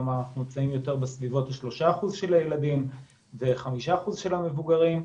כלומר אנחנו נמצאים יותר בסביבות ה-3% של הילדים ו-5% של המבוגרים,